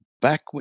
back